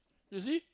you see